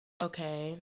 okay